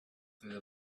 through